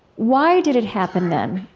why did it happen then?